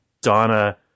Donna